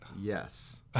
Yes